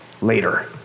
later